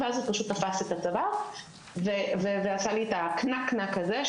ואז הוא פשוט תפס את הצוואר ועשה לי את הקנק-קנק הזה.